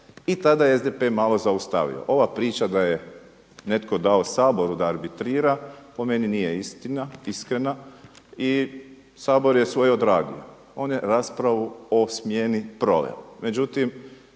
I tada je SDP malo zaustavio. Ova priča da je netko dao Saboru da arbitrira po meni nije istina iskreno, i Sabor je svoje odradio. On je raspravu o smjeni proveo,